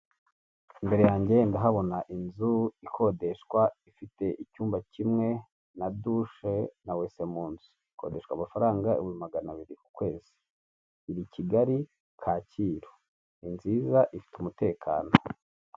Imbere yange ndahabona inzu ikodeshwa, ifite icyumba kimwe na dushe na wese mu nzu, ikodeshwa amafaranga ibihumbi magana abiri ku kwezi, iri Kigali Kacyiru ni nziza ifite umutekano.